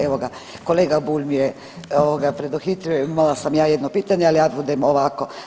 Evo ga, kolega Bulj me je preduhitrio, imala sam ja jedno pitanje, ali ja budem ovako.